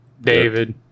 David